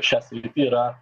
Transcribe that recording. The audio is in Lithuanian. šias sritį yra